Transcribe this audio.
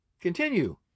continue